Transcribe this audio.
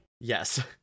Yes